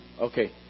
Okay